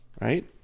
Right